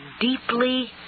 deeply